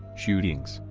shootings,